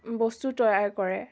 বস্তু তৈয়াৰ কৰে